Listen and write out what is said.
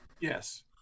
Yes